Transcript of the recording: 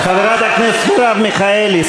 חברת הכנסת מרב מיכאלי,